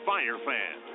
FireFan